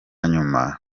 nyuma